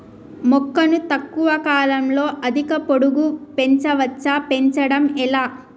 మొక్కను తక్కువ కాలంలో అధిక పొడుగు పెంచవచ్చా పెంచడం ఎలా?